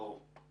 ברור.